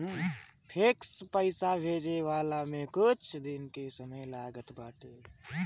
fix पईसा भेजाववला में कुछ दिन के समय लागत बाटे